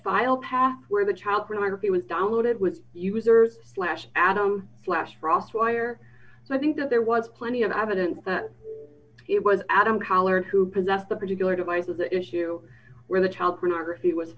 file path where the child pornography was downloaded with user's flash adam flash cross wire so i think that there was plenty of evidence that it was adam hollerin who possessed the particular devices the issue where the child pornography was